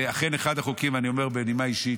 זה אכן אחד החוקים, אני אומר בנימה אישית.